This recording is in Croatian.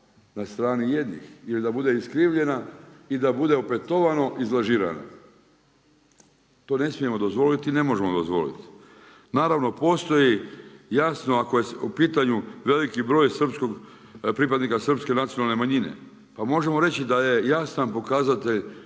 na strani jednih ili da bude iskrivljena i da bude opetovano i iz lažirano. To ne smijemo dozvoliti i ne možemo dozvoliti. Naravno postoji jasno, ako je u pitanju veliki broj srpskog, pripadnika srpske nacionalne manjine. Pa možemo reći da je jasan pokazatelj